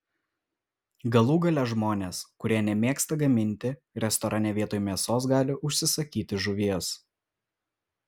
galų gale žmonės kurie nemėgsta gaminti restorane vietoj mėsos gali užsisakyti žuvies